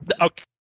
Okay